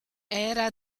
era